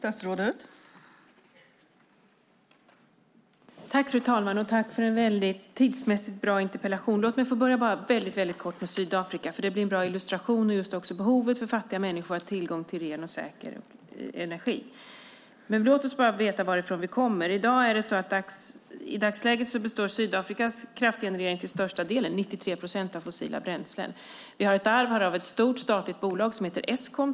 Fru talman! Tack för en tidsmässigt bra interpellation! Låt mig börja med att säga något kort om Sydafrika. Det blir en bra illustration av behovet för fattiga människor att ha tillgång till ren och säker energi. Vi måste veta varifrån vi börjar. I dagsläget består Sydafrikas kraftgenerering till största delen, 93 procent, av fossila bränslen. Vi har ett arv med ett stort statligt bolag som heter Eskom.